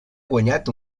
guanyat